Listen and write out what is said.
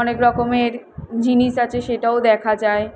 অনেক রকমের জিনিস আছে সেটাও দেখা যায়